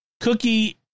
cookie